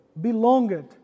belonged